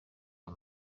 ayo